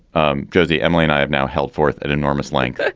um jose, emily and i have now held forth at enormous length